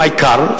עם העיקר,